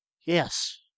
Yes